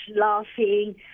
laughing